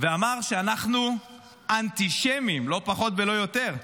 ואמר שאנחנו אנטישמים, לא פחות ולא יותר,